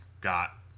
got